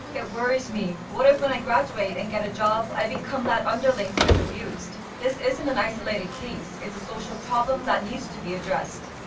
it worries me. what if when i graduate and get a job i become that underling who is abused? this isn't an isolated case. it's a social problem that needs to be addressed.